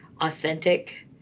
authentic